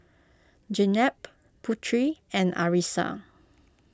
Jenab Putri and Arissa